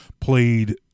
played